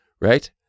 Right